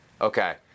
Okay